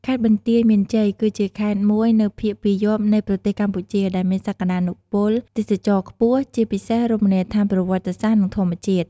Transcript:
ខេត្តបន្ទាយមានជ័យ គឺជាខេត្តមួយនៅភាគពាយព្យនៃប្រទេសកម្ពុជា ដែលមានសក្ដានុពលទេសចរណ៍ខ្ពស់ ជាពិសេសរមណីយដ្ឋានប្រវត្តិសាស្ត្រ និងធម្មជាតិ។